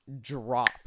drop